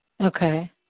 Okay